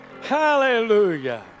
Hallelujah